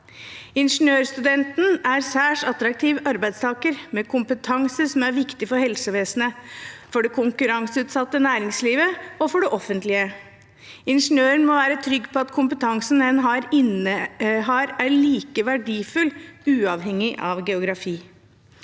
Ingeniørstudenten er en særs attraktiv arbeidstaker med kompetanse som er viktig for helsevesenet, for det konkurranseutsatte næringslivet og for det offentlige. Ingeniøren må være trygg på at kompetansen hen innehar, er like verdifull uavhengig av geografi.